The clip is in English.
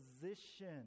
position